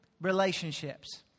relationships